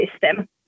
system